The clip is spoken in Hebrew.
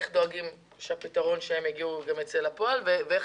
איך דואגים לכך שהפתרון אליו יגיעו יצא לפועל ואיך